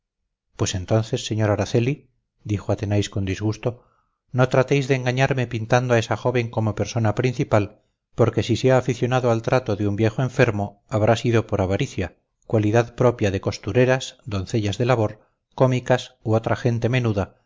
pues entonces sr araceli dijo athenais con disgusto no tratéis de engañarme pintando a esa joven como una persona principal porque si se ha aficionado al trato de un viejo enfermo habrá sido por avaricia cualidad propia de costureras doncellas de labor cómicas u otra gente menuda